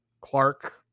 Clark